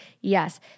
Yes